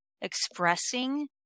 expressing